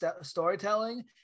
storytelling